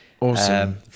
Awesome